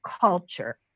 culture